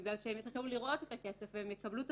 כי הם יוכלו לראות את הכסף והם יקבלו תשלומים.